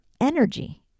energy